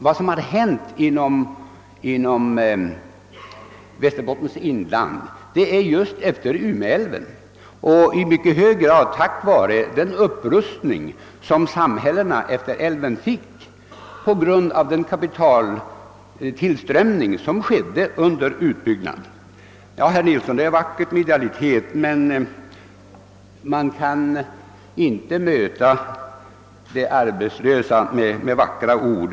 Vad som hänt inom Västerbottens inland, det har hänt just efter Umeälvens utbyggnad och i mycket hög grad tack vare den upprustning som samhällena utmed älven fick på grund av den kapitaltillströmning som skedde under utbyggnaden. Det är vackert med idealitet, herr Nilsson, men man kan inte möta de arbetslösa med vackra ord.